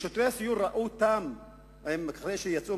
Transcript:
שוטרי הסיור ראו אותם אחרי שהם יצאו